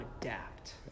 adapt